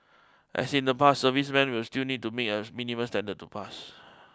as in the past servicemen will still need to meet as minimum standard to pass